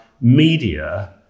media